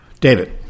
David